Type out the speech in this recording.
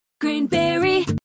Greenberry